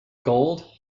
gold